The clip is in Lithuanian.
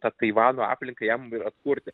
tą taivano aplinką jam ir atkurti